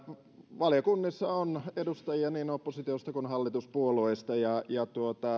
valiokunnissa on edustajia niin oppositiosta kuin hallituspuolueista ja ja